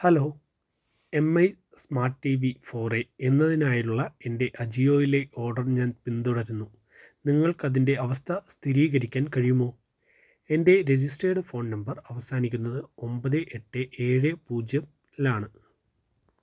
hello M I smart T V four A എന്നതിനായുള്ള എൻറ്റെ അജിയോയിലേ ഓഡർ ഞാൻ പിന്തുടരുന്നു നിങ്ങൾക്കതിൻറ്റെ അവസ്ഥ സ്ഥിരീകരിക്കാൻ കഴിയുമോ എൻറ്റെ രജിസ്റ്റേഡ് ഫോൺ നമ്പർ അവസാനിക്കുന്നത് ഒമ്പത് എട്ട് ഏഴ് പൂജ്യത്തിലാണ്